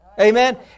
Amen